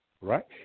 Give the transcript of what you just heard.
right